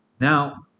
Now